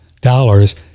dollars